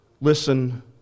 listen